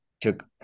took